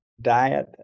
diet